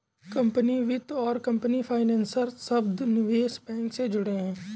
company वित्त और company financer शब्द निवेश बैंक से जुड़े हैं